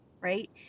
right